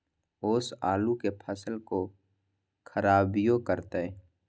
ओस आलू के फसल के खराबियों करतै?